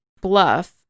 bluff